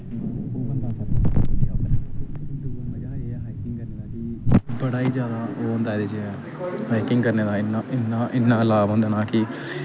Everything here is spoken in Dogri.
बड़ा ही जैदा ओह् होंदा इ'दे च हाइकिंग करने दा इ'न्ना इ'न्ना लाभ होंदा ना कि इक ते हाइकिंग करने आस्ते साढ़ी बाड़ी बी साढ़ी जेह्ड़ी शरीर ऐ उसी बी बड़ा फायदेमंद ऐ